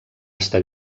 estar